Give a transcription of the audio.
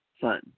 Fun